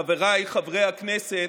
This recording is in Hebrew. חבריי חברי הכנסת,